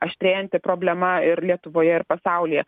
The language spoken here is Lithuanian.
aštrėjanti problema ir lietuvoje ir pasaulyje